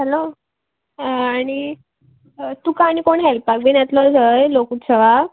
hello आनी तुका आनी कोण हॅल्पाक बीन येतलो थंय लोकोउत्सवाक